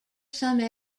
some